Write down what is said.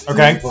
Okay